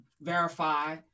verify